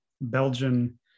Belgian